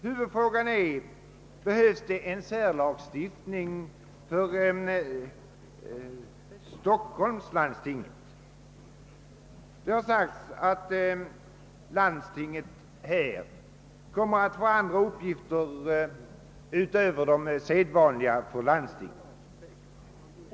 Huvudfrågan är om det behövs en särlagstiftning för Stockholms läns landsting, som man sagt kommer att få uppgifter som andra landsting inte har.